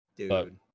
dude